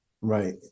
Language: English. Right